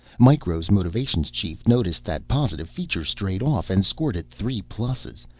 micro's motivations chief noticed that positive feature straight off and scored it three pluses.